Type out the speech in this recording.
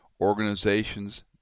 Organizations